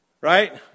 right